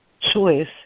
choice